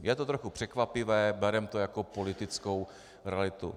Je to trochu překvapivé, bereme to jako politickou realitu.